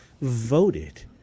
voted